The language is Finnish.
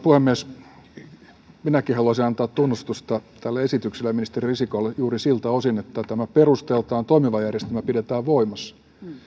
puhemies minäkin haluaisin antaa tunnustusta tälle esitykselle ja ministeri risikolle juuri siltä osin että tämä perusteiltaan toimiva järjestelmä pidetään voimassa